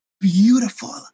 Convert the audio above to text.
beautiful